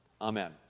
Amen